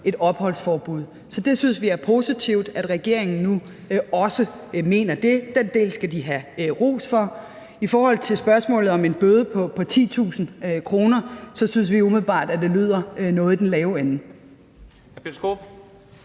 et opholdsforbud, så vi synes, det er positivt, at regeringen nu også mener det. Den del skal de have ros for. I forhold til spørgsmålet om en bøde på 10.000 kr. synes vi umiddelbart, at det lyder som noget i den lave ende.